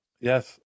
Yes